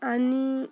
आणि